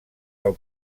del